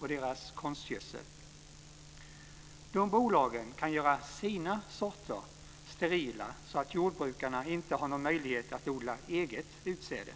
och deras konstgödsel. Dessa bolag kan göra "sina" sorter sterila så att jordbrukarna inte har någon möjlighet att odla eget utsäde.